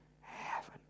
heaven